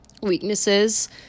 weaknesses